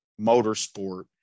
motorsport